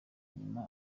nyuma